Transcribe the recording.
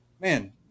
man